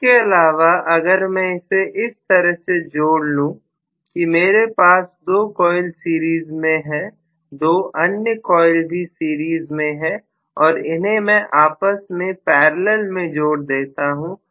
इसके अलावा अगर मैं इसे इस तरह से जोड़ लो की मेरे पास दो कॉइल सीरीज में है दो अन्य कॉइल भी सीरीज में है और इन्हें मैं आपस में पैरेलल में जोड़ देता हूं